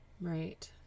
right